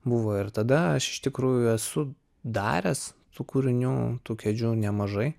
buvo ir tada aš iš tikrųjų esu daręs tų kūrinių tų kėdžių nemažai